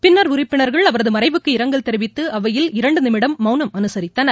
பின்னர் உறுப்பினர்கள் அவரது மறைவுக்கு இரங்கல் தெரிவித்து அவையில் இரண்டு நிமிடம் மவுனம் அனுசரித்தனர்